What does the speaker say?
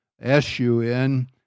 S-U-N